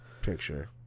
picture